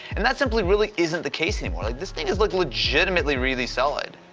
and that's simply really isn't the case anymore, like this thing is like legitimately really solid.